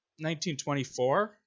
1924